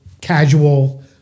casual